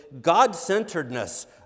God-centeredness